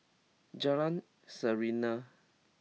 Jalan Serene